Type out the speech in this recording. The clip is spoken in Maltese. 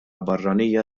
barranija